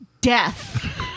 death